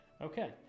Okay